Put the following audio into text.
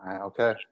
Okay